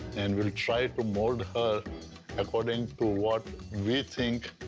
and we'll try to mold her according to what we think